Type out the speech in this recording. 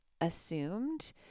assumed